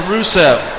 Rusev